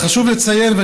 חשוב לציין,